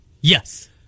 Yes